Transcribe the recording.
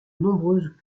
nombreuses